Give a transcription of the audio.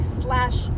slash